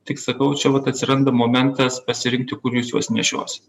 tik sakau čia vat atsiranda momentas pasirinkti kur jūs juos nešiosit